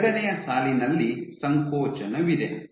ಎರಡನೆಯ ಸಾಲಿನಲ್ಲಿ ಸಂಕೋಚನವಿದೆ